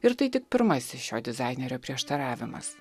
ir tai tik pirmasis šio dizainerio prieštaravimas